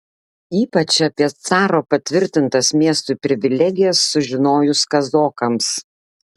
ypač apie caro patvirtintas miestui privilegijas sužinojus kazokams